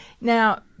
Now